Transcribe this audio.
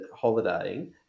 holidaying